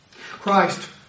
Christ